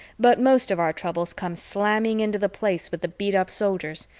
but most of our troubles come slamming into the place with the beat-up soldiers,